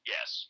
Yes